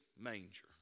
manger